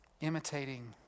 imitating